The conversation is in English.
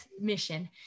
mission